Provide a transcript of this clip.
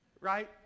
right